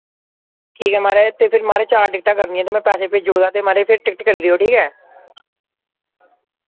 ठीक ऐ माराज ते फिर माराज चार टिकटां करनियां ते मैं पैसे भेजुड़गा ते माराज फिर टिकट करिड़ेयो ठीक ऐ